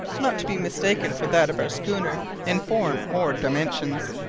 not to be mistaken for that of our schooner in form or dimensions,